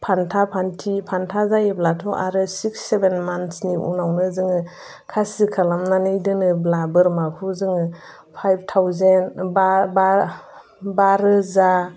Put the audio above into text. फानथा फानथि फानथा जायोब्लाथ' आरो सिक्स सेभेन मानथ्सनि उनावनो जोङो खासि खालामनानै दोनोब्ला बोरमाखौ जोङो फाइभ थावजेन्ड बा रोजा